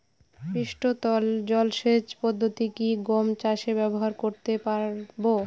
পৃষ্ঠতল জলসেচ পদ্ধতি কি গম চাষে ব্যবহার করতে পারব?